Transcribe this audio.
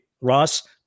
Ross